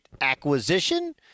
acquisition